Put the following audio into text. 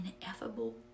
ineffable